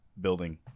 building